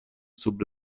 sub